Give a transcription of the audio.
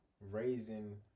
raising